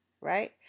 right